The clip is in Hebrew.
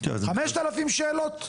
5,000 שאלות?